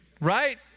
right